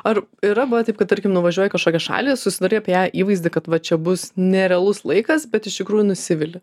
ar yra buvę taip kad tarkim nuvažiuoji į kažkokią šalį susidarai apie ją įvaizdį kad va čia bus nerealus laikas bet iš tikrųjų nusivili